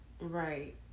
Right